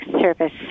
service